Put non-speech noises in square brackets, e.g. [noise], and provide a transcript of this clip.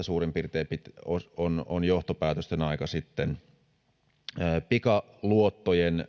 [unintelligible] suurin piirtein alkuvuodesta on sitten johtopäätösten aika myös pikaluottoja